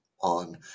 on